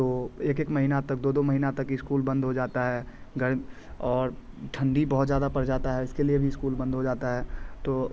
तो एक एक महीना तक दो दो महीना तक इस्कूल बंद हो जाता है घर और ठंडी बहुत ज़्यादा पड़ जाता है इसके लिए भी इस्कूल बंद हो जाता है तो